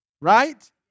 Right